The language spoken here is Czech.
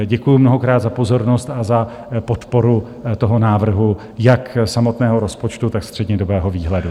Děkuji mnohokrát za pozornost a za podporu toho návrhu jak samotného rozpočtu, tak střednědobého výhledu.